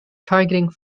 targeting